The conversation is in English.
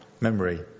memory